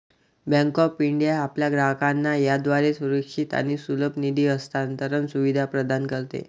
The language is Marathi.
बँक ऑफ इंडिया आपल्या ग्राहकांना याद्वारे सुरक्षित आणि सुलभ निधी हस्तांतरण सुविधा प्रदान करते